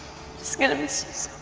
just gonna miss